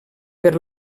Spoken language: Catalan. per